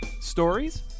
stories